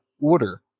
order